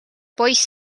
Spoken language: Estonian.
poiss